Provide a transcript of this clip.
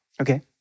Okay